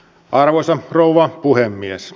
arvoisa rouva puhemies